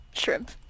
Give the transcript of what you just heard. Shrimp